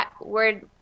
word